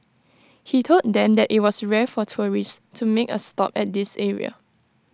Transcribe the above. he told them that IT was rare for tourists to make A stop at this area